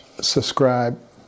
subscribe